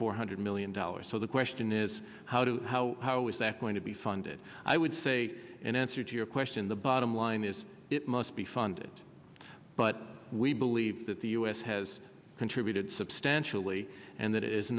four hundred million dollars so the question is how do how how is that going to be funded i would say in answer to your question the bottom line is it must be funded but we believe that the u s has contributed substantially and that is